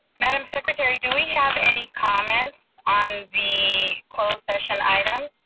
madam secretary, do we have any comments on the closed session items?